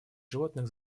животных